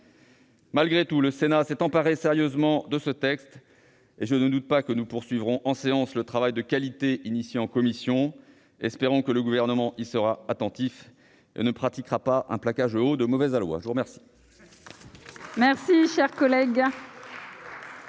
Malgré tout, le Sénat s'est emparé sérieusement de ce texte, et je ne doute pas que nous poursuivrons en séance le travail de qualité engagé en commission. Espérons que le Gouvernement y sera attentif ne pratiquera pas un plaquage haut de mauvais aloi ! La parole